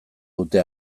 dute